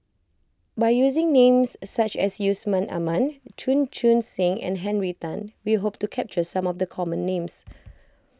by using names such as Yusman Aman Chan Chun Sing and Henry Tan we hope to capture some of the common names